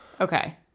Okay